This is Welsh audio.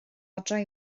adre